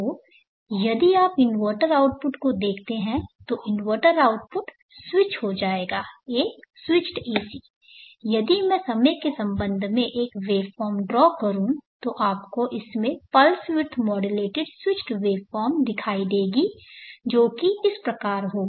तो यदि आप इन्वर्टर आउटपुट को देखते हैं तो इन्वर्टर आउटपुट स्विच हो जाएगा एक स्विचेड एसी यदि मैं समय के संबंध में एक वेवफॉर्म ड्रा करूं तो आपको इसमें pulse width modulated switched waveform दिखाई देगी जो की इस प्रकार होगी